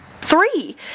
three